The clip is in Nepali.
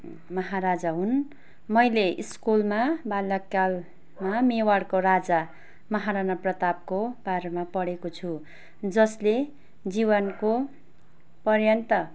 महाराजा हुन् मैले स्कुलमा बाल्यकालमा मेवाडको राजा माहाराणा प्रतापको बारेमा पढेको छु जसले जिवनको पर्यान्त